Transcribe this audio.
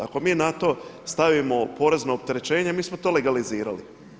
Ako mi na to stavimo porezno opterećenje mi smo to legalizirali.